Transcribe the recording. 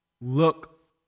look